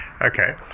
Okay